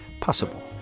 possible